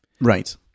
Right